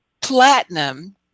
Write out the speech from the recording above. Platinum